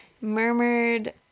murmured